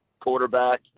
quarterback